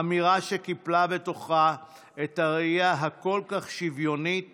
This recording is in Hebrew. אמירה שקיפלה בתוכה את הראייה הכל-כך שוויונית